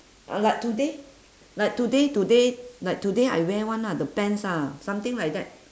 ah like today like today today like today I wear [one] lah the pants lah something like that